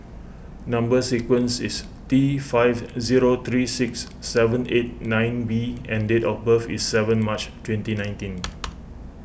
Number Sequence is T five zero three six seven eight nine B and date of birth is seven March twenty nineteen